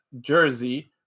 jersey